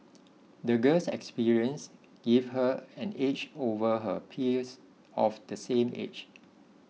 the girl's experiences gave her an edge over her peers of the same age